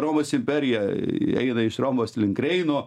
romos imperija eina iš romos link reino